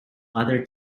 other